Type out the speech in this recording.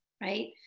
right